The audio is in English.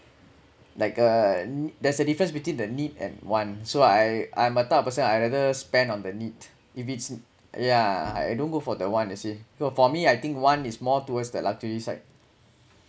like a there's a difference between the need and want so I I'm a type of person I rather spend on the need if it's yeah I don't go for the want you see you because for me I think one is more towards the luxury side